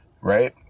right